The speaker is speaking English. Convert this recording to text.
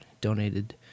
Donated